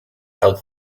held